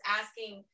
asking